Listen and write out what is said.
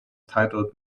titled